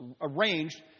arranged